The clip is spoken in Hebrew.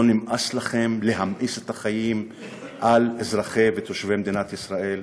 לא נמאס לכם להמאיס את החיים על אזרחי ותושבי מדינת ישראל?